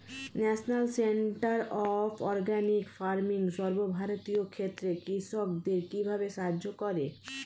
National Centre of Organic Farming সর্বভারতীয় ক্ষেত্রে কৃষকদের কিভাবে সাহায্য করে?